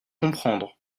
comprendre